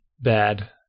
bad